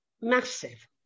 massive